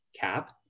Cap